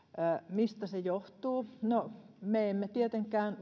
mistä se johtuu no me emme tietenkään